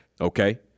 Okay